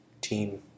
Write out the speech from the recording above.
team